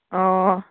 ꯑꯣ